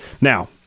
Now